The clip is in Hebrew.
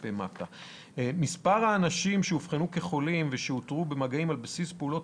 685,000. מספר האנשים שאובחנו כחולים ושאותרו במגעים על בסיס פעולות